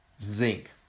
zinc